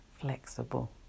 flexible